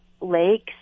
lakes